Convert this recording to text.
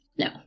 No